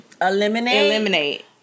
Eliminate